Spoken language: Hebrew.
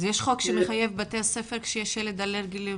יש חוק שמחייב בתי ספר שכשיש ילד אלרגי?